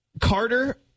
Carter